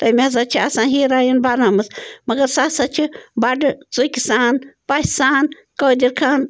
تٔمۍ ہَسا چھِ آسان ہیٖرویِن بنٲومٕژ مگر سُہ ہسا چھُ بڈٕ ژُکہِ سان پَژھِ سان قٲدِر خان